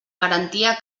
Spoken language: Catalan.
garantia